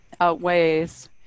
outweighs